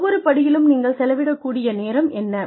ஒவ்வொரு படியிலும் நீங்கள் செலவிடக் கூடிய நேரம் என்ன